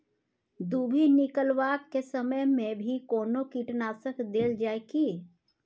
दुभी निकलबाक के समय मे भी कोनो कीटनाशक देल जाय की?